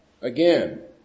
Again